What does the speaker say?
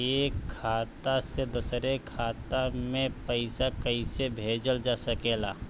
एक खाता से दूसरे खाता मे पइसा कईसे भेजल जा सकेला?